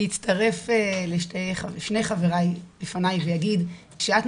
אני אצטרף לשני חברי לפני ואגיד שאת,